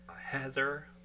Heather